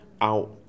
out